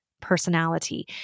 Personality